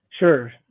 Sure